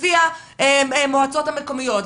לפי המועצות המקומיות,